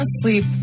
asleep